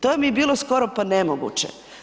To vam je bilo skoro pa nemoguće.